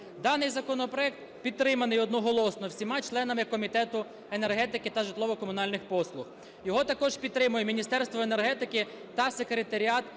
Даний законопроект підтриманий одноголосно всіма членами Комітету енергетики та житлово-комунальних послуг. Його також підтримує Міністерство енергетики та секретаріат